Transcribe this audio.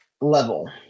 level